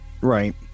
Right